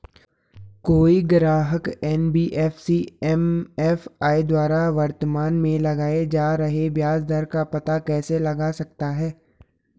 कोई ग्राहक NBFC MFI द्वारा वर्तमान में लगाए जा रहे ब्याज दर का पता कैसे लगा सकता है?